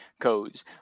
codes